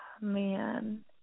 Man